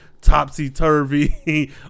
topsy-turvy